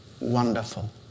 wonderful